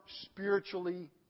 spiritually